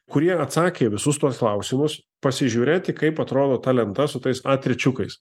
kurie atsakė į visus tuos klausimus pasižiūrėti kaip atrodo ta lenta su tais a trečiukais